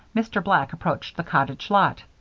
mr. black approached the cottage lot.